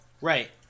right